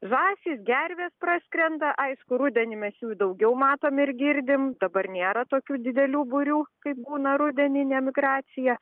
žąsys gervės praskrenda aišku rudenį mes jų daugiau matom ir girdim dabar nėra tokių didelių būrių kai būna rudeninė migracija